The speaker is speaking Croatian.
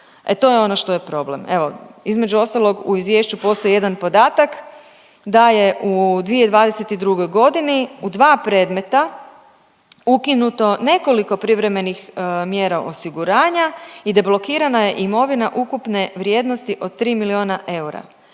e to je ono što je problem. Evo između ostalog u izvješću postoji jedan podatak da je u 2022.g. u dva predmeta ukinuto nekoliko privremenih mjera osiguranja i deblokirana je imovina ukupne vrijednosti od tri milijuna eura,